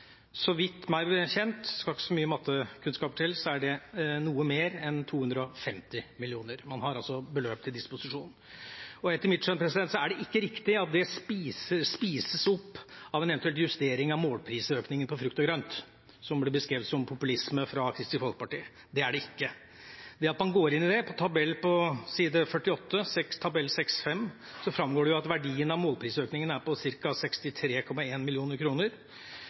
så mye mattekunnskaper til, er det noe mer enn 250 mill. kr. Man har altså beløp til disposisjon. Etter mitt skjønn er det ikke riktig at det spises opp av en eventuell justering av målprisøkninga på frukt og grønt, som ble beskrevet som populisme fra Kristelig Folkeparti. Det er det ikke. Går man inn i tabell 6.5 på side 48 i proposisjonen, framgår det at verdien av målprisøkninga er på ca. 63,1 mill. kr. Vi mener det er fornuftig å se på en